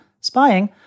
spying